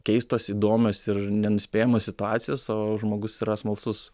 keistos įdomios ir nenuspėjamos situacijos o žmogus yra smalsus